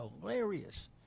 hilarious